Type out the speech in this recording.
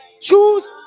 Choose